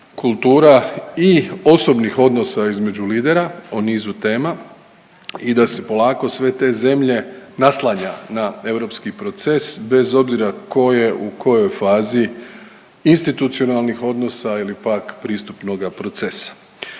kultura i osobnih odnosa između lidera o nizu tema i da se polako sve te zemlje naslanja na europski proces bez obzira tko je u kojoj fazi institucionalnih odnosa ili pak pristupnoga procesa.